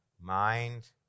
mind